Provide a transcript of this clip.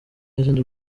n’izindi